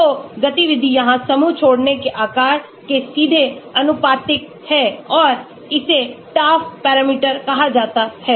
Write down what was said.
तो गतिविधि यहां समूह छोड़ने के आकार के सीधे आनुपातिक है और इसे Taft पैरामीटर कहा जाता है